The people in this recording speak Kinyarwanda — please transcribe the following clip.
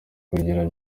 kugira